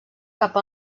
cap